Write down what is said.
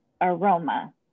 aroma